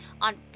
on